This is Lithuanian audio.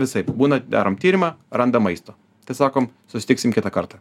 visaip būna darom tyrimą randam maisto tai sakom susitiksim kitą kartą